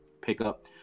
pickup